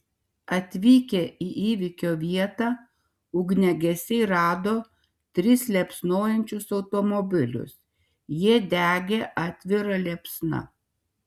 atvykę į įvykio vietą ugniagesiai rado tris liepsnojančius automobilius jie degė atvira liepsna